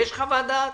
יש חוות דעת?